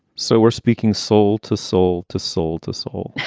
so we're speaking soul to soul to soul to soul.